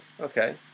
Okay